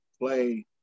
play